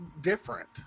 different